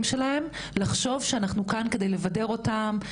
שלהם לחשוב שאנחנו כאן על מנת לבדר אותם,